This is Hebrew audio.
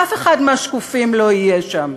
אף אחד מהשקופים לא יהיה שם,